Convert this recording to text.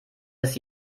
ist